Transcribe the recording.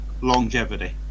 longevity